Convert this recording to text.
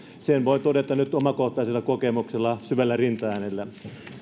sen voi todeta nyt omakohtaisella kokemuksella syvällä rintaäänellä